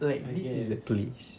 like this is the place